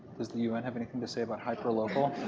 does the un have anything to say about hyperlocal?